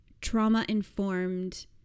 trauma-informed